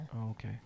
okay